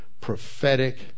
prophetic